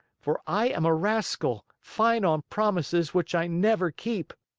for i am a rascal, fine on promises which i never keep!